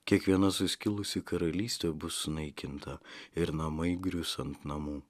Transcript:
kiekviena suskilusi karalystė bus sunaikinta ir namai grius ant namų